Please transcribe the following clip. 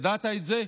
ידעת את זה?